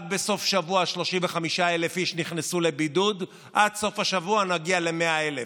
רק בסוף שבוע 35,000 איש נכנסו לבידוד ועד סוף השבוע נגיע ל-100,000.